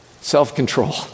self-control